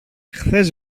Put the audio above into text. χθες